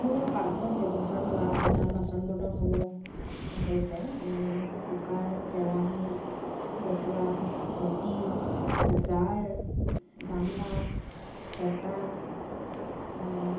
মোৰ পাকঘৰত ব্যৱহাৰ হোৱা বাচন বৰ্তনসমূহ হৈছে কুকাৰ কেৰাহী বটোৱা ঘটি জাৰ গামলা হেতা